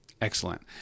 Excellent